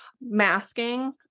Masking